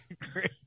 Great